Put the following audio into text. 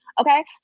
Okay